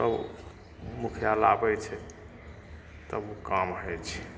तब मुखिया लाबै छै तब ओ काम होइ छै